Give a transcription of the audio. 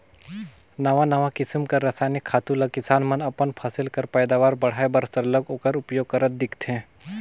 नावा नावा किसिम कर रसइनिक खातू ल किसान मन अपन फसिल कर पएदावार बढ़ाए बर सरलग ओकर उपियोग करत दिखथें